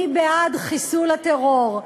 בזמנו: מי בעד חיסול הטרור?